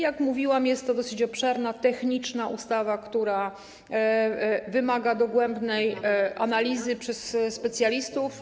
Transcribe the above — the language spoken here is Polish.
Jak mówiłam, jest to dosyć obszerna, techniczna ustawa, która wymaga dogłębnych analiz dokonanych przez specjalistów.